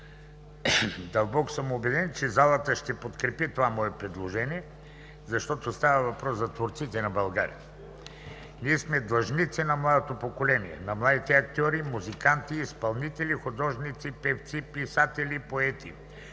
Дълбоко съм убеден, че залата ще подкрепи това мое предложение, защото става въпрос за творците на България. Ние сме длъжници на младото поколение – на младите актьори, музиканти, изпълнители, художници, певци, писатели, поети,